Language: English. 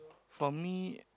for me